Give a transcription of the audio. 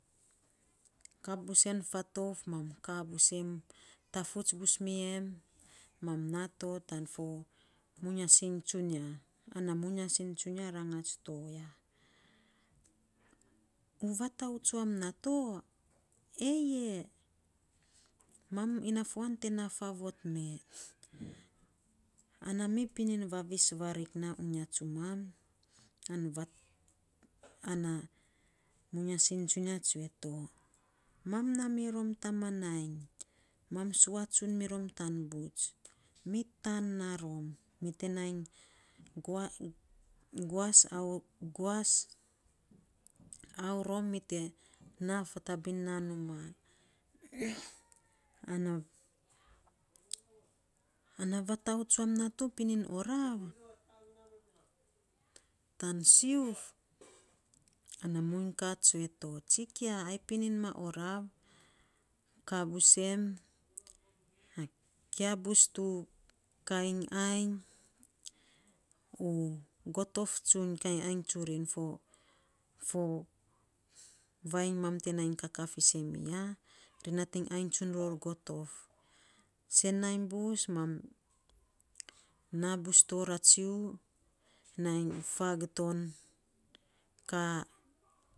Kap busen fatouf mam kaa busem tafuts bus mi em, mam naa to tan fo muinyasing tsunia, ana muinyasing tsunia rangat toya, u vatau tsuam na to, eye mam inafuan te naa, faavot me. Na nami pininy vavis varin me tsumam ana muinyasing tsunia tsue to, mam naa mirom tamanainy mam sua tsun mirom tan buts mi taan na rom, mi taan na rom mi te nai guas guas guas tana aurom, mi te naa fatabin na numaa ana vatau tsuam nato pininy oraav, ka busem, kia bus to kainy ainy, u gotouf tsun kainy ainy tsuri fo, fo vainy ma, te nainy kakaa fiisen miya, ri natiny ainy tsun ror gotof, sen nainy bus mam naa bus to ratsiu nai fag to ka.